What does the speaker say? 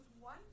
one